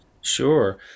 Sure